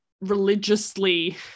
religiously